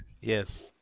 Yes